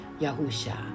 Yahusha